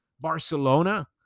Barcelona